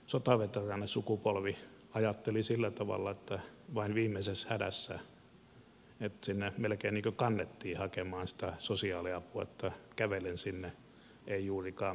sotaveteraanisukupolvi ajatteli sillä tavalla että vain viimeisessä hädässä ja sinne melkein kannettiin hakemaan sitä sosiaaliapua kävellen sinne ei juurikaan menty